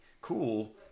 cool